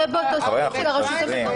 מוחרגים.